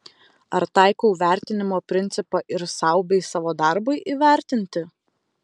ar taikau vertinimo principą ir sau bei savo darbui įvertinti